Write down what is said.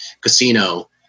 casino